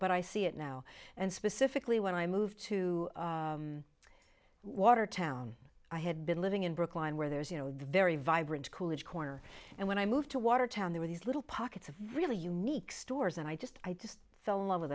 but i see it now and specifically when i moved to watertown i had been living in brookline where there's you know the very vibrant coolidge corner and when i moved to watertown there were these little pockets of really unique stores and i just i just fell in love with